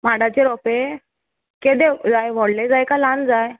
माडाचे रोंपे केदे जाय व्हडले जाय का ल्हान जाय